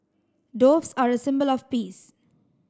doves are a symbol of peace